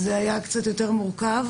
זה היה קצת יותר מורכב.